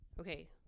Okay